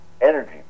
energy